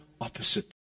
opposite